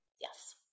Yes